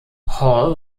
hall